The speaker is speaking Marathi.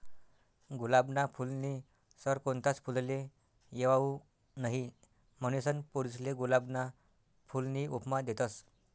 गुलाबना फूलनी सर कोणताच फुलले येवाऊ नहीं, म्हनीसन पोरीसले गुलाबना फूलनी उपमा देतस